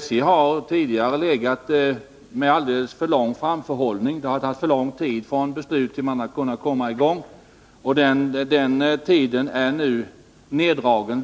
SJ har tidigare haft alldeles för lång framförhållning — det har tagit för lång tid från beslut till dess att arbeten har kunnat startas. Den tiden är nu väsentligt neddragen,